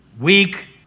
Weak